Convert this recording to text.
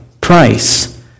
price